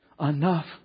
enough